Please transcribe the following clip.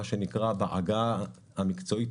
מה שנקרא בעגה המקצועית,